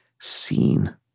seen